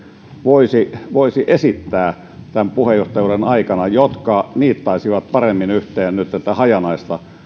voisi voisi esittää tämän puheenjohtajuuden aikana ehdotuksia jotka niittaisivat paremmin yhteen tätä nyt hajanaista